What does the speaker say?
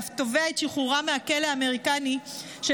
ואף תובע את שחרורם מהכלא האמריקני של